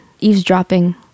eavesdropping